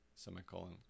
Semicolon